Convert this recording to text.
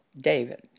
David